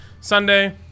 Sunday